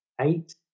eight